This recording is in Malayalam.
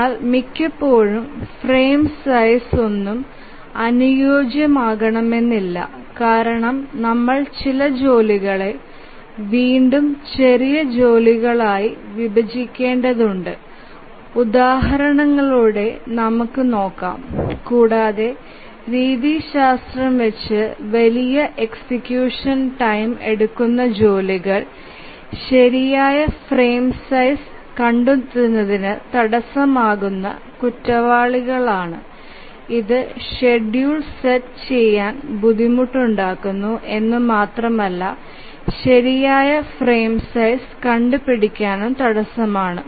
എന്നാൽ മിക്കപ്പോഴും ഫ്രെയിം സൈസ്ഒന്നും അനുയോജ്യമല്ല കാരണം നമ്മൾ ചില ജോലികളെ ചെറിയ ജോലികളായി വിഭജിക്കേണ്ടതുണ്ട് ഉദാഹരണങ്ങളിലൂടെ നമ്മൾ നോകാം കൂടാതെ രീതിശാസ്ത്രംവെച്ച് വലിയ എക്സിക്യൂഷൻ ടൈം എടുക്കുന്ന ജോലികൾ ശെരിയായ ഫ്രെയിം സൈസ് കണ്ടെത്തുന്നതിന് തടസ്സമാകുന്ന കുറ്റവാളികളാണ് ഇതു ഷെഡ്യൂൾ സെറ്റ് ചെയ്യാൻ ബുധിമുട്ടു ഉണ്ടാകുന്നു എന്നുമാത്രമല്ല ശെരിയായ ഫ്രെയിം സൈസ് കണ്ടു പിടിക്കാനും തടസമാണ്